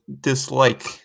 dislike